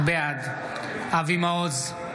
בעד אבי מעוז,